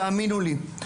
תאמינו לי,